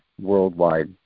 worldwide